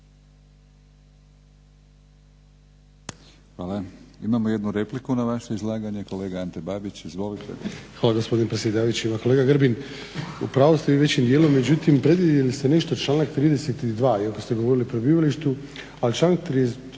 Hvala. Imamo jednu repliku na vaše izlaganje. Kolega Ante Babić, izvolite. **Babić, Ante (HDZ)** Hvala gospodine predsjedavajući. Kolega Grbin, u pravu ste većim dijelom, međutim previdjeli ste nešto, članak 32., dok ste govorili o prebivalištu. Ali članak 32.